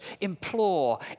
implore